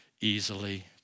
easily